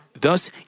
Thus